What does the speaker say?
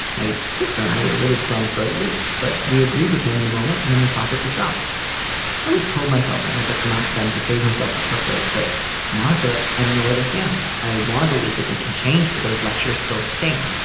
my sister and i were really thrown for a loop but we agreed with him in the moment and then the topic was dropped. i always told myself i'd never come out to them to save myself the heartbreak. but now i feel like i don't know where they stand. i want to believe that they can change but those lectures still sting.